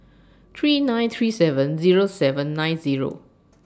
three nine three seven Zero seven nine Zero